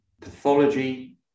pathology